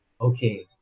okay